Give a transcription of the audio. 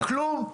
כלום.